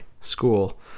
school